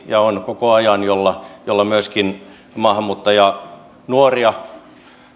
ja on koko ajan erityinen projekti jolla myöskin maahanmuuttajanuoria